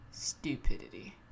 Stupidity